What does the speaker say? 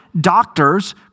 doctors